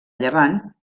llevant